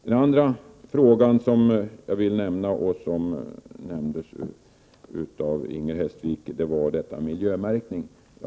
En annan fråga som jag vill ta upp och som berördes av Inger Hestvik är detta med miljömärkning.